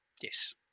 Yes